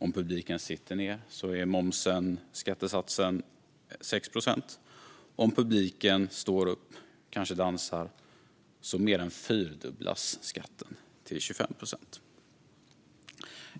Om publiken sitter ned är skattesatsen 6 procent, men om publiken står upp och kanske dansar mer än fyrdubblas skattesatsen till 25 procent.